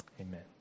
Amen